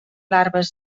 larves